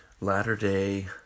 Latter-day